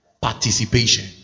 participation